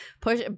push